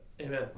Amen